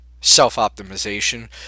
self-optimization